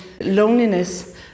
loneliness